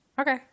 Okay